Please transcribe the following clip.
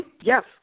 Yes